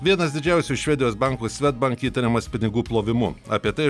vienas didžiausių švedijos bankų svedbank įtariamas pinigų plovimu apie tai